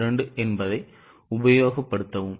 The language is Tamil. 12 என்பதை உபயோகப்படுத்தவும்